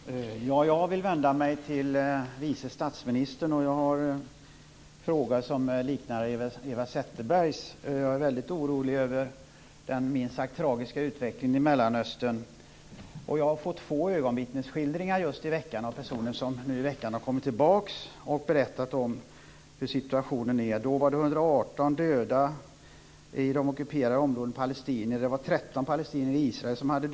Herr talman! Jag vill vända mig till vice statsministern, och jag har en fråga som liknar Eva Zetterbergs fråga. Jag är väldigt orolig över den minst sagt tragiska utvecklingen i Mellanöstern. Jag har i veckan fått två ögonvittnesskildringar från personer som just har kommit tillbaka och berättat om hur situationen är. Då var det 118 palestinier som hade dödats i ockuperade områden och 13 palestinier som dödats i Israel.